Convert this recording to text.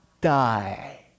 die